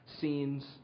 scenes